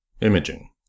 Imaging